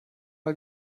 mal